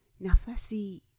Nafasi